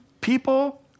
People